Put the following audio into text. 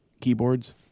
keyboards